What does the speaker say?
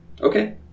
Okay